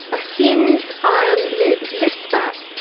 a hinged iron lid lifts back,